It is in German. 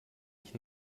ich